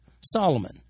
Solomon